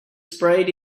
sprayed